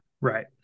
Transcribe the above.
Right